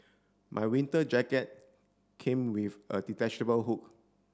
my winter jacket came with a detachable hood